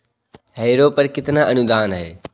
Harrow पर कितना अनुदान है?